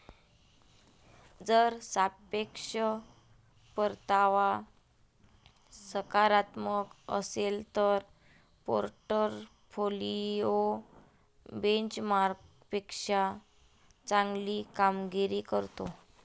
जर सापेक्ष परतावा सकारात्मक असेल तर पोर्टफोलिओ बेंचमार्कपेक्षा चांगली कामगिरी करतो